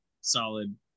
solid